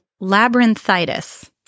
labyrinthitis